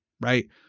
right